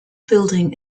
building